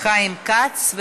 חיים כץ.